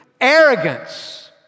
Arrogance